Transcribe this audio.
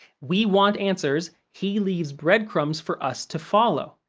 we want answers, he leaves breadcrumbs for us to follow,